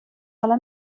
حالا